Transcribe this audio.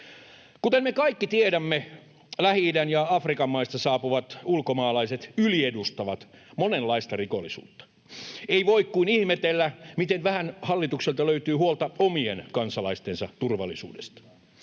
Kuten me kaikki tiedämme, Lähi-idän ja Afrikan maista saapuvat ulkomaalaiset yliedustavat monenlaista rikollisuutta. Ei voi kuin ihmetellä, miten vähän hallitukselta löytyy huolta omien kansalaistensa turvallisuudesta.